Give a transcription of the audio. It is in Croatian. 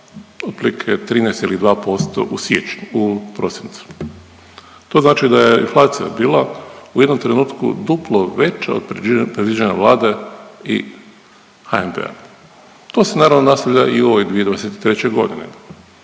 otprilike 13,2% u siječnju, u prosincu. To znači da je inflacija bila u jednom trenutku duplo veća od predviđanja Vlade i HNB-a. To se, naravno, nastavlja i u ovoj 2023. g.,